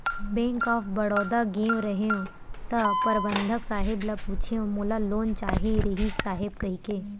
bank of Baroda गेंव रहेव त परबंधक साहेब ल पूछेंव मोला लोन चाहे रिहिस साहेब कहिके